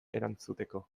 erantzuteko